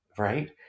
Right